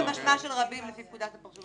יחיד זה משמע של רבים לפי פקודת הפרשנות.